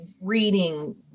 reading